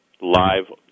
live